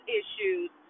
issues